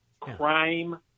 crime